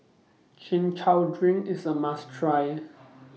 Chin Chow Drink IS A must Try